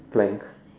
plank